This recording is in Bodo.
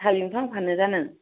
साहा बिंफां फानो दा नों